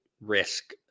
risk